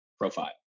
profile